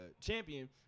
champion